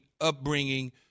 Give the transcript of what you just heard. Upbringing